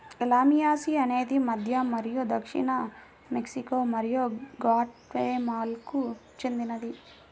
లామియాసి అనేది మధ్య మరియు దక్షిణ మెక్సికో మరియు గ్వాటెమాలాకు చెందినది